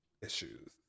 issues